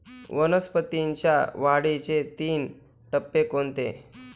वनस्पतींच्या वाढीचे तीन टप्पे कोणते?